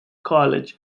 college